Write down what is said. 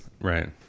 right